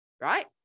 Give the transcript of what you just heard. right